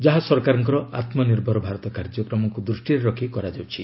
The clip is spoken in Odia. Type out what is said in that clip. ଯାହା ସରକାରଙ୍କ ଆମ୍ନିର୍ଭର ଭାରତ କାର୍ଯ୍ୟକ୍ରମକୁ ଦୃଷ୍ଟିରେ ରଖି କରାଯାଉଛି